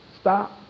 stop